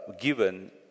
given